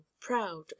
proud